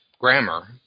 grammar